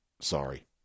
Sorry